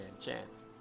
chance